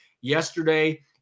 yesterday